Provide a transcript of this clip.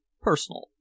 personal